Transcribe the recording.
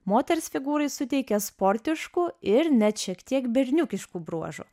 moters figūrai suteikė sportiškų ir net šiek tiek berniukiškų bruožų